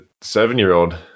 seven-year-old